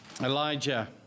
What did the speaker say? Elijah